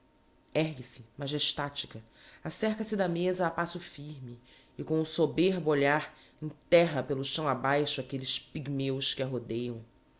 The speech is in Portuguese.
cabeças ergue-se majestatica acerca se da mêsa a passo firme e com soberbo olhar enterra pelo chão abaixo aquelles pygmeus que a rodeiam